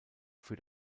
für